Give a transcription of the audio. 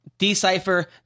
Decipher